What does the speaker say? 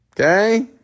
Okay